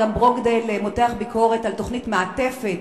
גם מכון ברוקדייל מותח ביקורת על תוכנית מעטפת,